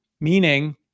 meaning